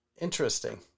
Interesting